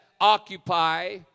occupy